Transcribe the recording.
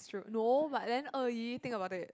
no but then Er-Yi think about it